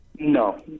No